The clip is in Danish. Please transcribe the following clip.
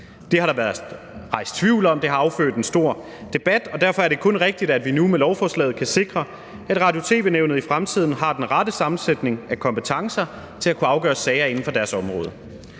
Det har der været rejst tvivl om, og det har affødt en stor debat, og derfor er det kun rigtigt, at vi nu med lovforslaget kan sikre, at Radio- og tv-nævnet i fremtiden har den rette sammensætning af kompetencer til at kunne afgøre sager inden for sit område.